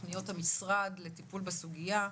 תוכניות המשרד לטיפול בסוגיה.